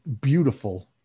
beautiful